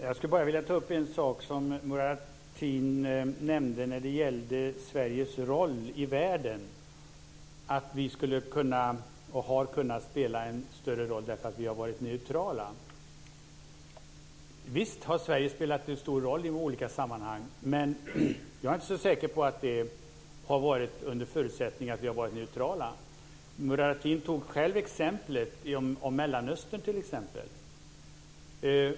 Fru talman! Jag vill bara ta upp en sak som Murad Artin nämnde om Sveriges roll i världen. Han sade att vi har kunnat spela en större roll därför att vi har varit neutrala. Visst har Sverige spelat en viktig roll i olika sammanhang. Men jag är inte så säker på att det har varit under förutsättning att vi har varit neutrala. Murad Artin nämnde själv Mellanöstern som exempel.